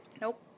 Nope